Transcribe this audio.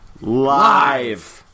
live